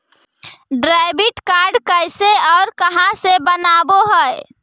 Debit card कैसे और कहां से बनाबे है?